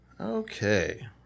Okay